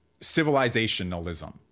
civilizationalism